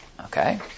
Okay